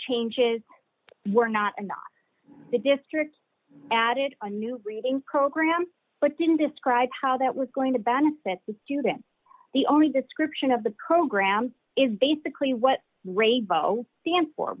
changes were not and the district added a new reading program but didn't describe how that was going to benefit the student the only description of the program is basically what radio stands for